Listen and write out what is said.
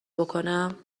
بکنم